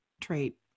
trait